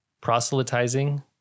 proselytizing